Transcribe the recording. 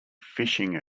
phishing